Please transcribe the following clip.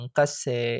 kasi